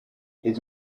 his